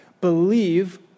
Believe